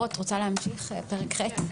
פרק ח',